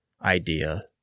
idea